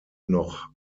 noch